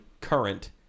current